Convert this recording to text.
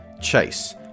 Chase